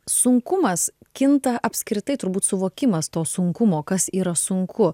sunkumas kinta apskritai turbūt suvokimas to sunkumo kas yra sunku